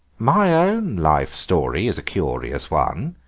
my own life-story is a curious one,